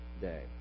day